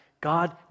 God